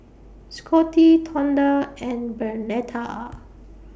Scottie Tonda and Bernetta